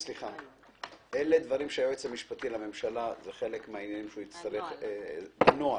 אלה דברים שהיועץ המשפטי לממשלה יצטרך לקבוע בנוהל,